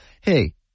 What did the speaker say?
hey